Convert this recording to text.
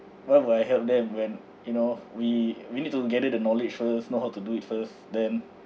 why would I help them when you know we we need to gather the knowledge first know how to do it first then